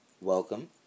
welcome